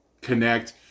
connect